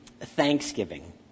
thanksgiving